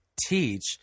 teach